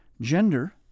Gender